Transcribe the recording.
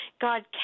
God